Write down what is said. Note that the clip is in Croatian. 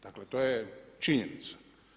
Dakle to je činjenica.